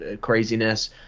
craziness